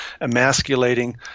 emasculating